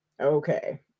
okay